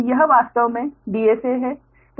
तो यह वास्तव में DSA है